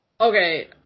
Okay